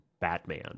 Batman